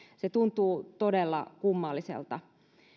se tuntuu todella kummalliselta